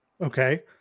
Okay